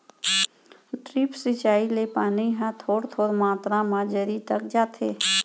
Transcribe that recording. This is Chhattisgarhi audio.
ड्रिप सिंचई ले पानी ह थोर थोर मातरा म जरी तक जाथे